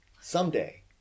Someday